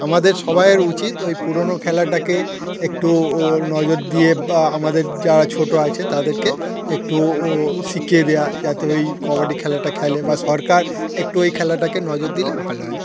আমাদের সবাইের উচিত ওই পুরনো খেলাটাকে একটু ও নজর দিয়ে বা আমাদের যারা ছোট আছে তাদেরকে একটু ও শিখিয়ে দেওয়া যাতে ওই কবাডি খেলাটা খেলে বা সরকার একটু ওই খেলাটাকে নজর দিলে ভালো হয়